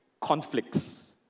conflicts